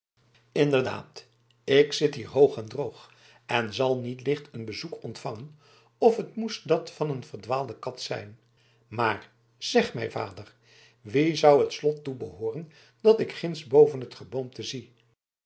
inderdaad ik zit hier hoog en droog en zal niet licht een bezoek ontvangen of het moest dat van een verdwaalde kat zijn maar zeg mij vader wien zou het slot toebehooren dat ik ginds boven het geboomte zie